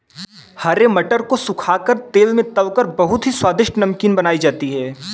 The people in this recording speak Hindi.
हरे मटर को सुखा कर तेल में तलकर बहुत ही स्वादिष्ट नमकीन बनाई जाती है